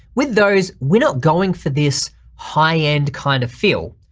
with those we're not going for this high-end kind of feel,